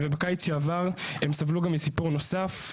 ובקיץ שעבר הם סבלו גם מסיפור נוסף.